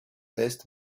best